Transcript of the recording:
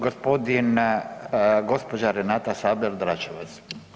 Gospodin, gospođa Renata Sabljar Dračevac.